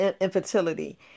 infertility